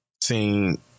seen